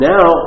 Now